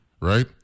Right